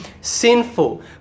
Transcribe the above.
sinful